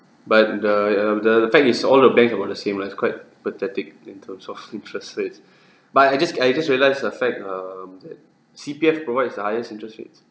but the ya the fact is all the banks about the same lah it's quite pathetic in terms of interest rates but I just I just realise a fact um that C_P_F provides the highest interest rates